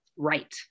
Right